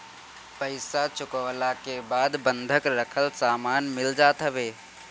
पईसा चुकवला के बाद बंधक रखल सामान मिल जात हवे